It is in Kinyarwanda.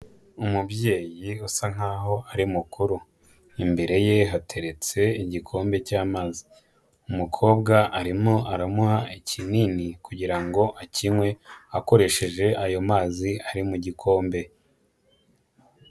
Umubyeyi usa nkaho ari mukuru imbere ye hateretse igikombe cy'amazi, umukobwa arimo aramuha ikinini kugira ngo akinywe akoresheje ayo mazi ari mu gikombe.